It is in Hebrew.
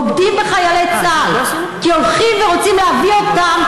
בוגדים בחיילי צה"ל כי הולכים ורוצים להביא אותם